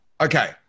Okay